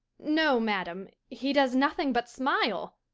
no, madam, he does nothing but smile.